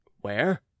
Where